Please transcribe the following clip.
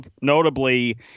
notably